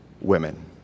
women